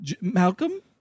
Malcolm